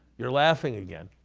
you're laughing again.